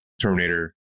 terminator